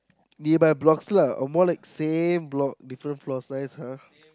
nearby blocks lah or more like same block different floors nice !huh!